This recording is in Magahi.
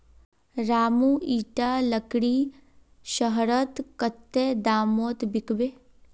रामू इटा लकड़ी शहरत कत्ते दामोत बिकबे